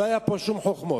לא היו פה שום חוכמות.